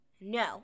no